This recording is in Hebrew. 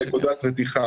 רתיחה.